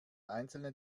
einzelne